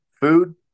food